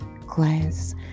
glass